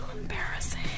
embarrassing